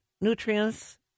nutrients